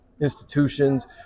institutions